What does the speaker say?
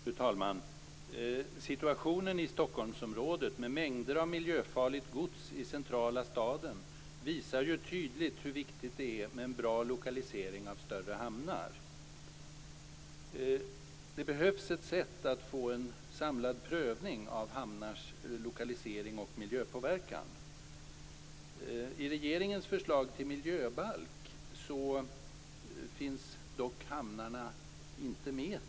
Fru talman! Situationen i Stockholmsområdet med mängder av miljöfarligt gods i den centrala staden visar ju tydligt hur viktigt det är med en bra lokalisering av större hamnar. Det behövs ett sätt för att göra en samlad prövning av hamnars lokalisering och miljöpåverkan. I regeringens förslag till miljöbalk finns dock hamnarna inte med.